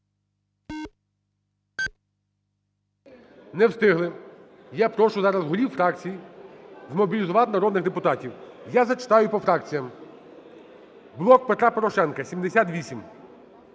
Не встигли. Я прошу зараз голів фракцій змобілізувати народних депутатів, я зачитаю по фракціям. "Блок Петра Порошенка" –